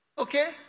okay